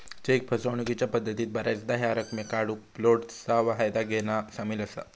check फसवणूकीच्या पद्धतीत बऱ्याचदा ह्या रकमेक काढूक फ्लोटचा फायदा घेना सामील असा